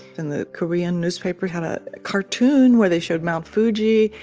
and the korean newspapers had a cartoon where they showed mount fuji.